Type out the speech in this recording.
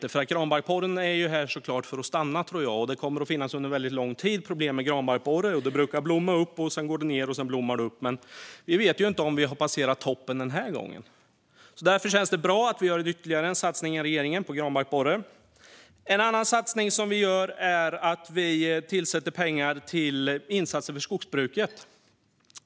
Jag tror att granbarkborren är här för att stanna; problem med granbarkborren kommer att finnas under väldigt lång tid. Det brukar blossa upp för att sedan gå ned, och sedan blossar det upp igen. Vi vet inte om vi har passerat toppen den här gången. Därför känns det bra att vi gör en större satsning än regeringen när det gäller granbarkborren. En annan satsning vi gör är att tillsätta pengar till insatser för skogsbruket.